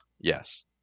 yes